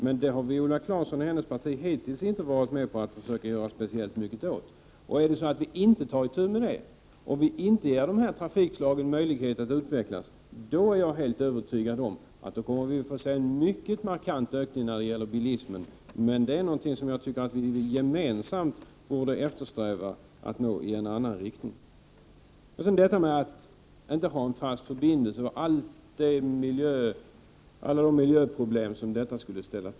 Men detta har Viola Claesson och hennes parti hittills inte velat vara med om att försöka göra mycket åt. Jag är övertygad om att ifall vi inte ger de här trafikslagen möjlighet att utvecklas, kommer vi att få en mycket markant ökning av bilismen. Jag tycker att vi gemensamt borde sträva efter att få utvecklingen att gå i en annan riktning. Så talar man om att vi inte skall ha en fast förbindelse och om alla de miljöproblem som en sådan skulle medföra.